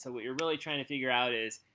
what you're really trying to figure out is,